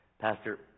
Pastor